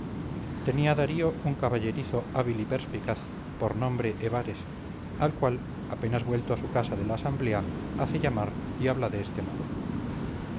tenía darío un caballerizo hábil y perspicaz por nombre ebares al cual apenas vuelto a su casa de la asamblea hace llamar y habla de este modo